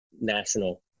national